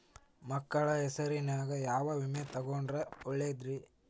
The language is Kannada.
ಮಕ್ಕಳ ಹೆಸರಿನ್ಯಾಗ ಯಾವ ವಿಮೆ ತೊಗೊಂಡ್ರ ಒಳ್ಳೆದ್ರಿ?